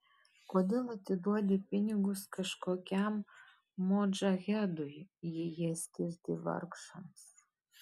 kodėl atiduodi pinigus kažkokiam modžahedui jei jie skirti vargšams